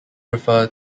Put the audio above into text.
refer